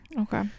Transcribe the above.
Okay